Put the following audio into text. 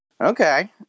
Okay